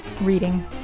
reading